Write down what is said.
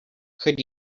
could